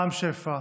רם שפע,